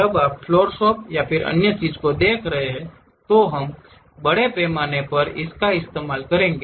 जब आप floor shop या और अन्य चीजों को देख रहे हैं तो हम बड़े पैमाने पर इसका इस्तेमाल करेंगे